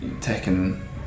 taking